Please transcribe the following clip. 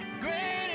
great